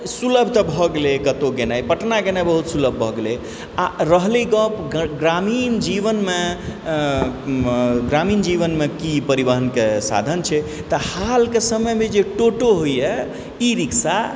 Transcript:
तऽ सुलभ तऽ भऽ गेलै कतौ गेनाइ पटना गेनाइ बहुत सुलभ भऽ गेलै आओर रहलै गप ग्रा ग्रामीण जीवनमे ग्रामीण जीवनमे कि परिवहनके साधन छै तऽ हालके समयमे टोटो होयै ई रिक्सा